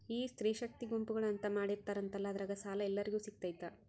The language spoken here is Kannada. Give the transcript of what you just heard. ಈ ಸ್ತ್ರೇ ಶಕ್ತಿ ಗುಂಪುಗಳು ಅಂತ ಮಾಡಿರ್ತಾರಂತಲ ಅದ್ರಾಗ ಸಾಲ ಎಲ್ಲರಿಗೂ ಸಿಗತೈತಾ?